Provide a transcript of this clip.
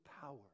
power